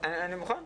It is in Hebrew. אני מוכן.